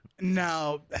No